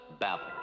Babel